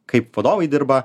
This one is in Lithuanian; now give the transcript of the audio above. kaip vadovai dirba